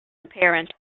apparent